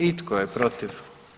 I tko je protiv?